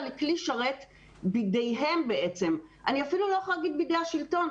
לכלי שרת בידיהם ואני אפילו לא יכולה להגיד "בידי השלטון",